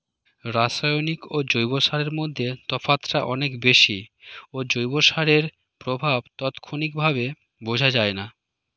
রাসায়নিক ও জৈব সারের মধ্যে তফাৎটা অনেক বেশি ও জৈব সারের প্রভাব তাৎক্ষণিকভাবে বোঝা যায়না